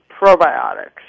probiotics